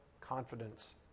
confidence